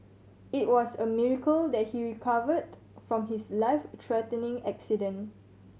it was a miracle that he recovered from his life threatening accident